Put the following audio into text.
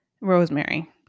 Rosemary